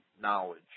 knowledge